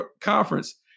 conference